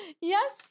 Yes